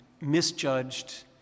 misjudged